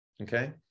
okay